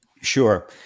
Sure